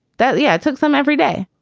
that yeah. i took them every day.